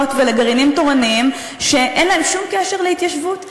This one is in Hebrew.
ולגרעינים תורניים שאין להם שום קשר להתיישבות.